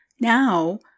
Now